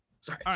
Sorry